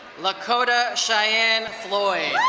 lakota cheyenne floyd.